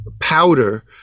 Powder